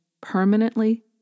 permanently